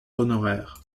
honoraire